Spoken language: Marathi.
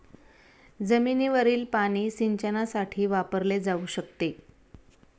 जमिनीवरील पाणी सिंचनासाठी वापरले जाऊ शकते